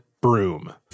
broom